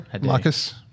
Marcus